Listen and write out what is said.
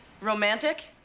Romantic